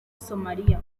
somaliya